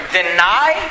deny